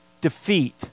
defeat